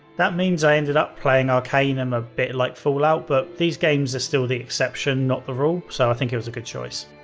that means i ended up playing arcanum a bit like fallout, but these games are still the exception not the rule, so it was a good choice.